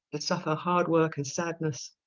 to suffer hard work and sadness,